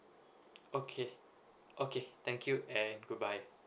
okay okay thank you and goodbye